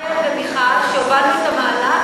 זנדברג ומיכל,